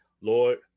lord